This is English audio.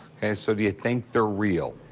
so do you think they're real?